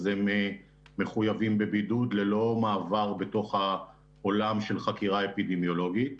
אז הם מחויבים בבידוד ללא מעבר בתוך העולם של החקירה האפידמיולוגית.